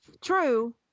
True